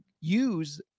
use